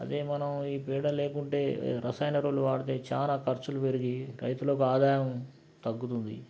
అదే మనం ఈ పేడ లేకుంటే రసాయన ఎరువులు వాడితే చాలా ఖర్చులు పెరిగి రైతులకి ఆదాయం తగ్గుతుంది